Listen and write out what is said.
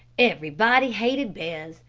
everybody hated bears,